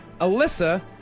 Alyssa